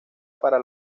para